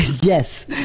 Yes